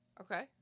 Okay